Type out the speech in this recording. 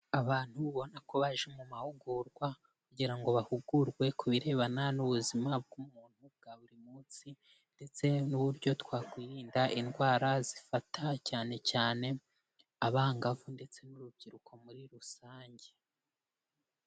Abantu ubona ko baje mu mahugurwa kugira ngo bahugurwe ku birebana n'ubuzima bw'umuntu bwa buri munsi ndetse n'uburyo twakwirinda indwara zifata cyane cyane abangavu ndetse n'urubyiruko muri rusange.